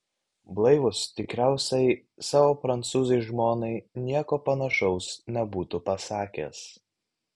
blaivus tikriausiai savo prancūzei žmonai nieko panašaus nebūtų pasakęs